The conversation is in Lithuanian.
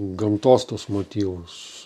gamtos tuos motyvus